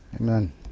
Amen